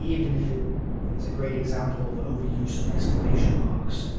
even if it is a great example of overuse of exclamation marks.